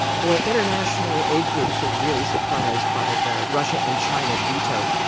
boy, international aid groups are really surprised by the russia and china veto.